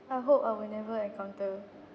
I hope I will never encounter